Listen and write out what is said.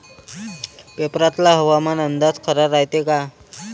पेपरातला हवामान अंदाज खरा रायते का?